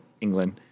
England